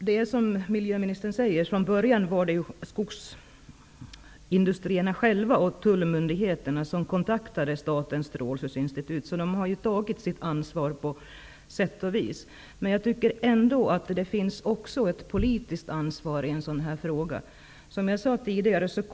Herr talman! Från början var det skogsindustrierna själva och tullmyndigheterna som kontaktade Statens strålskyddsinstitut. De har alltså på sätt och vis tagit sitt ansvar. Men ansvaret i sådana här frågor är också politiskt.